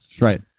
Right